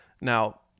now